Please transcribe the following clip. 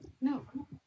no